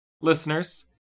Listeners